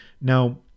Now